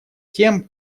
тем